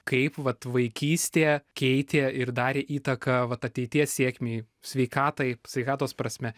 kaip vat vaikystė keitė ir darė įtaką vat ateities sėkmei sveikatai sveikatos prasme